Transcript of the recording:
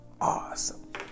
awesome